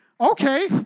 Okay